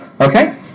Okay